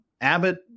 Abbott